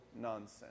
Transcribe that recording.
nonsense